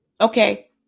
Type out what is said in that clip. Okay